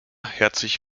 herzlich